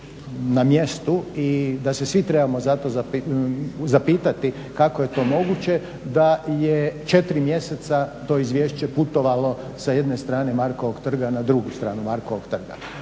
na mjestu i da se svi trebamo zapitati kako je to moguće da je 4 mjeseca to izvješće putovalo sa jedne strane Markovog trga na drugu stranu Markovog trga,